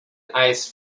ice